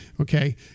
okay